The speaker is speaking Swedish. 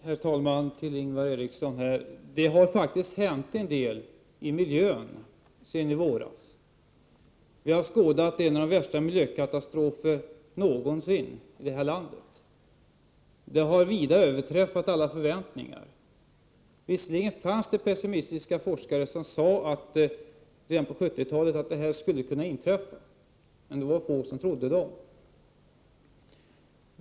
Herr talman! Det har, Ingvar Eriksson, faktiskt hänt en hel del i miljön sedan i våras. Vi har skådat en av de värsta miljökatastroferna någonsin i det här landet, som vida överträffade alla våra farhågor. Visserligen fanns det 115 pessimistiska forskare som redan på 70-talet sade att sådant här skulle kunna inträffa, men det var få som trodde dem.